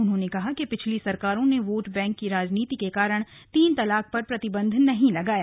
उन्होंने कहा कि पिछली सरकारों ने वोट बैंक की राजनीति के कारण तीन तलाक पर प्रतिबंध नहीं लगाया